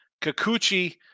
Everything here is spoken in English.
Kikuchi